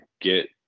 get